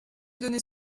donner